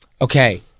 okay